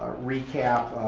recap.